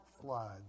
flood